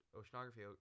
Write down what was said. oceanography